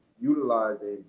utilizing